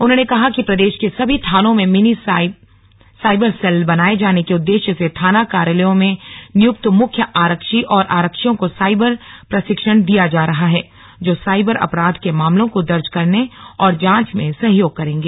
उन्होंने कहा कि प्रदेश के सभी थानों में मिनी साइब सेल बनाये जाने के उद्देश्य से थाना कार्यालयों में नियुक्त मुख्य आरक्षी और आरक्षियों को साइबर प्रशिक्षण दिया जा रहा है जो साइबर अपराध के मामलों को दर्ज करने और जांच में सहयोग करेंगे